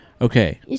Okay